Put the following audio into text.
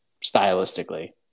stylistically